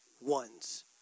ones